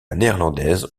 néerlandaise